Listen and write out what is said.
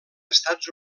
estats